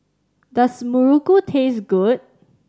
does muruku taste good